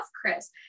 Chris